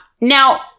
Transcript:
Now